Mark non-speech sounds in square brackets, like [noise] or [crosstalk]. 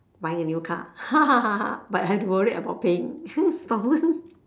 buying a new car [laughs] but have to worry about paying [laughs]